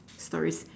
stories